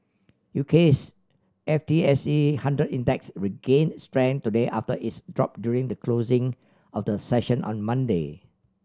U K's F T S E hundred Index regained strength today after its drop during the closing of the session on Monday